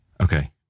Okay